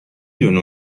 دونه